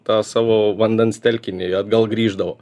tą savo vandens telkinį atgal grįždavo